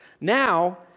Now